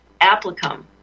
Applicum